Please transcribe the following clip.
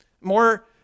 more